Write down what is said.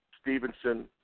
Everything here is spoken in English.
Stevenson